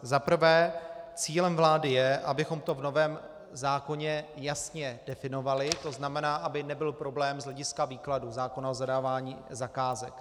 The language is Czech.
Za prvé, cílem vlády je, abychom to v novém zákoně jasně definovali, to znamená, aby nebyl problém z hlediska výkladu zákona o zadávání zakázek.